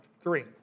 three